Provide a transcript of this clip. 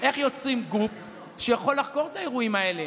איך יוצרים גוף שיכול לחקור את האירועים האלה.